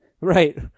Right